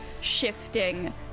shifting